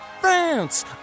France